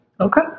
Okay